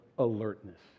alertness